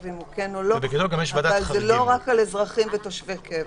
כך שזה לא רק על אזרחים ותושבי קבע.